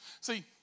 See